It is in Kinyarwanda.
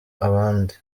abandi